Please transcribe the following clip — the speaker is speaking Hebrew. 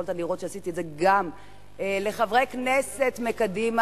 יכולת לראות שעשיתי את זה גם לחברי כנסת מקדימה